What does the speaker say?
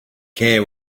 care